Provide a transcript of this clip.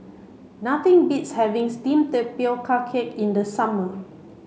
nothing beats having steamed tapioca cake in the summer